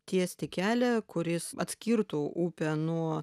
tiesti kelią kuris atskirtų upę nuo